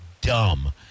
dumb